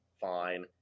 fine